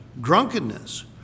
drunkenness